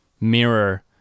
mirror